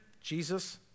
Jesus